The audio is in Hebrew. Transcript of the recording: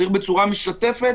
צריך בצורה משותפת,